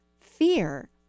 fear